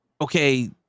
okay